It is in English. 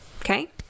Okay